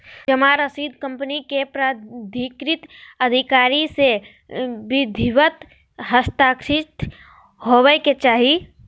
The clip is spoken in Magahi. जमा रसीद कंपनी के प्राधिकृत अधिकारी से विधिवत हस्ताक्षरित होबय के चाही